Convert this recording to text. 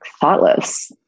thoughtless